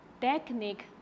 technique